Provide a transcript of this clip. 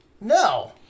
No